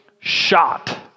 shot